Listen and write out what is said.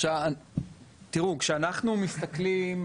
כשאנחנו מסתכלים,